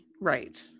right